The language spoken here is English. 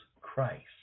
Christ